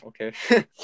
Okay